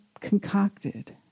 concocted